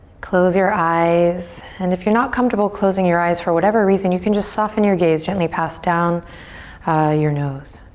close your eyes and if you're not comfortable closing your eyes for whatever reason you can just soften your gaze gently past down your nose.